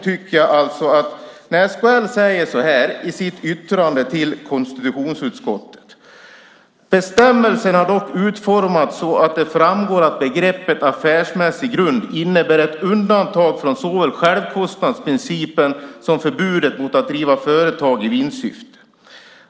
SKL säger så här i sitt yttrande till konstitutionsutskottet: Bestämmelsen är dock utformad så att det framgår att begreppet affärsmässig grund innebär ett undantag från såväl självkostnadsprincipen som förbudet mot att driva företag i vinstsyfte.